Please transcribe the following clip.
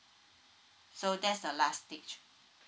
so that's the last stage